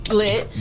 lit